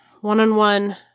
one-on-one